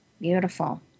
Beautiful